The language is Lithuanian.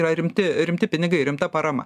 yra rimti rimti pinigai rimta parama